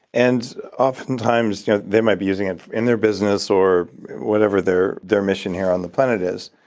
and often times you know they might be using it in their business or whatever their their mission here on the planet is.